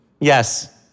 Yes